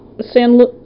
San